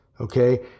okay